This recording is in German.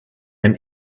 ein